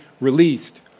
released